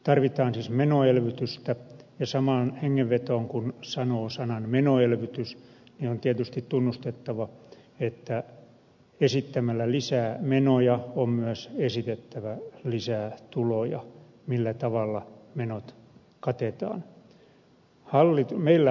tarvitaan siis menoelvytystä ja samaan hengenvetoon kun sanoo sanan menoelvytys on tietysti tunnustettava että esittämällä lisää menoja on myös esitettävä lisää tuloja millä tavalla menot katetaan